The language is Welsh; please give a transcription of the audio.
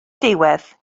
diwedd